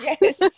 Yes